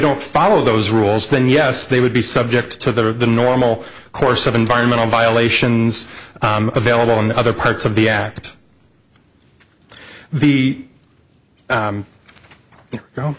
don't follow those rules then yes they would be subject to the normal course of environmental violations available in other parts of the act the